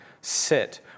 sit